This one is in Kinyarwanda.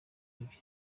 bibi